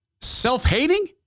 Self-hating